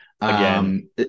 Again